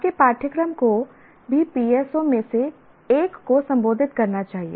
आपके पाठ्यक्रम को भी PSO में से एक को संबोधित करना चाहिए